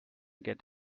get